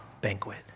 banquet